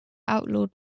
outlawed